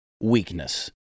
weakness